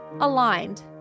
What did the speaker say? aligned